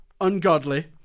ungodly